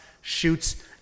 shoots